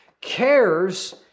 Cares